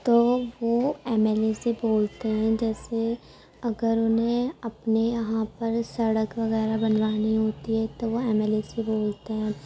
تو وہ M L A سے بولتے ہیں جیسے اگر انہیں اپنے یہاں پر سڑک وغیرہ بنوانی ہوتی ہے تو وہ ایم ایل اے سے بولتے ہیں